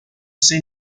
ser